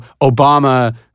Obama –